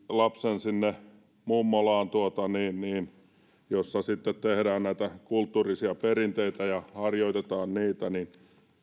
lapsen sinne mummolaan jossa sitten tehdään näitä kulttuurisia perinteitä ja harjoitetaan niitä niin